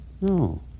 No